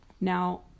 Now